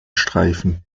streifen